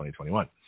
2021